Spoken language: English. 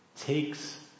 takes